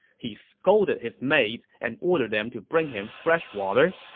he scolded his maids and ordered them to bring him fresh water.